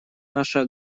наша